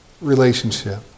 relationship